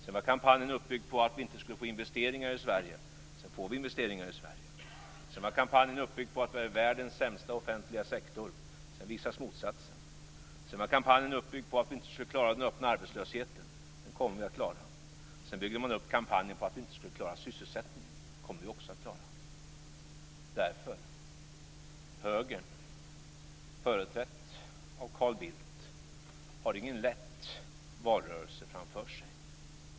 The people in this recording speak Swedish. Sedan var kampanjen uppbyggd på att vi inte skulle få investeringar i Sverige. Sedan fick vi investeringar i Sverige. Sedan var kampanjen uppbyggd på att vi har världens sämsta offentliga sektor. Sedan visas motsatsen. Sedan var kampanjen uppbyggd på att vi inte skulle klara den öppna arbetslösheten. Den kommer vi att klara. Sedan byggde man upp kampanjen på att vi inte skulle klara sysselsättningen. Den kommer vi också att klara. Högern, företrädd av Carl Bildt, har ingen lätt valrörelse framför sig.